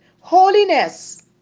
Holiness